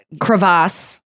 crevasse